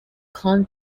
coin